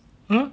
!huh!